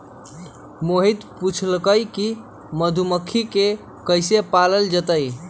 मोहित पूछलकई कि मधुमखि के कईसे पालल जतई